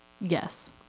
Yes